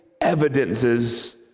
evidences